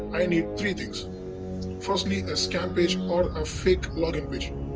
i need three things firstly a scam page or a fake login page.